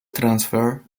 transfer